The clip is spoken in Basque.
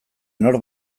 nork